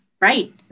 Right